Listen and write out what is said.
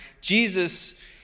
Jesus